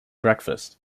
breakfast